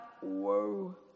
whoa